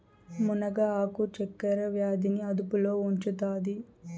మునగ ఆకు చక్కర వ్యాధి ని అదుపులో ఉంచుతాది